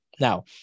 now